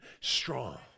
strong